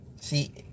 See